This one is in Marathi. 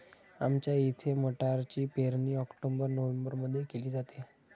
आमच्या इथे मटारची पेरणी ऑक्टोबर नोव्हेंबरमध्ये केली जाते